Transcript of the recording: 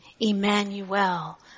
Emmanuel